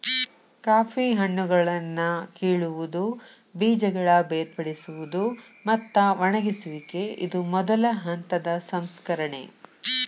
coffee ಹಣ್ಣುಗಳನ್ನಾ ಕೇಳುವುದು, ಬೇಜಗಳ ಬೇರ್ಪಡಿಸುವುದು, ಮತ್ತ ಒಣಗಿಸುವಿಕೆ ಇದು ಮೊದಲ ಹಂತದ ಸಂಸ್ಕರಣೆ